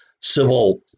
civil